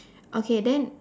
okay then